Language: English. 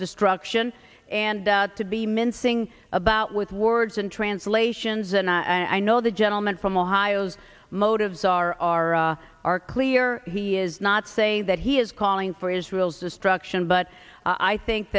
destruction and to be mincing about with words and translations and i know the gentleman from ohio has motives are are are clear he is not saying that he is calling for israel's destruction but i think